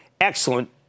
excellent